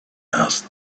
asked